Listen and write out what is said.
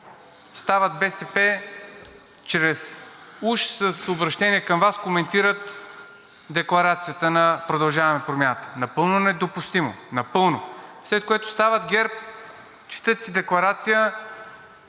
стават БСП уж с обръщение към Вас – коментират декларацията на „Продължаваме Промяната“. Напълно недопустимо! Напълно. След което стават ГЕРБ – четат си декларация,